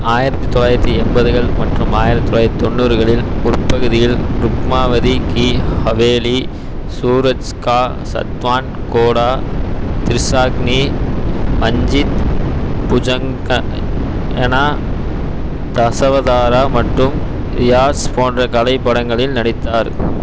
ஆயிரத்து தொளாயிரத்து எண்பதுகள் மற்றும் ஆயிரத்து தொளாயிரத்து தொண்ணுறுகளில் முற்பகுதிகயில் ருக்மாவதி கி அவேலி சூரத்க்கா சத்வான் கோடா திரிஷாக்குனி வஞ்சித் புஜங்கனா தசாவதாரம் மற்றும் ரியாஸ் போன்ற கலை படங்களில் நடித்தார்